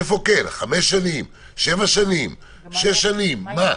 איפה כן חמש שנים, שבע שנים, מה?